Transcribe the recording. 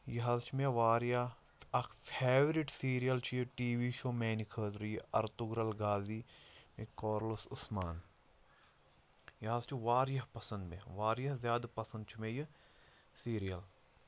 یہِ حظ چھُ مےٚ واریاہ اَکھ فیورِٹ سیٖریَل چھُ یہِ ٹی وی شو میٛانہِ خٲطرٕ یہِ اَرتُگرل غازی کورلُس عثمان یہِ حظ چھُ واریاہ پَسنٛد مےٚ واریاہ زیادٕ پَسنٛد چھُ مےٚ یہِ سیٖریَل